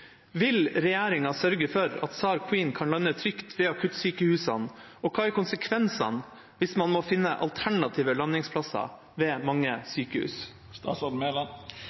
Vil regjeringen sørge for at SAR Queen kan lande trygt ved akuttsykehusene, og hva er konsekvensen hvis man må finne alternative landingsplasser ved mange sykehus?»